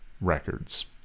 Records